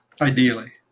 ideally